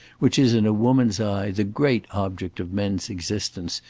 which is in a woman's eyes the great object of men's existence,